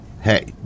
hey